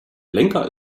lenker